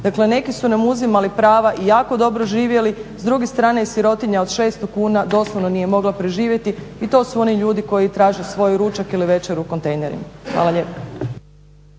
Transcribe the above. Dakle, neki su nam uzimali prava i jako dobro živjeli, s druge strane je sirotinja od 600 kuna doslovno nije mogla proživjeti i to su oni ljudi koji traže svoj ručak ili večeru u kontejnerima. Hvala lijepa.